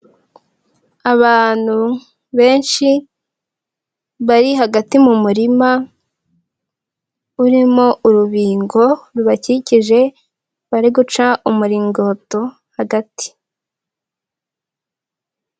Abantu benshi bari hagati mu murima, urimo urubingo rubakikije, bari guca umuringoto hagati.